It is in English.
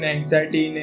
anxiety